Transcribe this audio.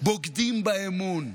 בוגדים באמון,